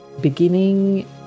beginning